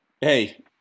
hey